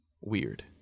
weird